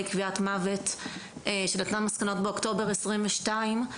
קביעת מוות שנתנה מסקנות באוקטובר 2022,